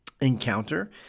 encounter